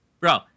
bro